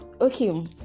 okay